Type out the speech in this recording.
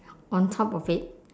on top of it